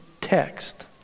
text